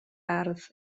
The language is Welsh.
ardd